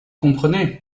comprenez